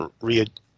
read